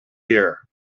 here